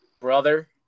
Brother